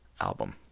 album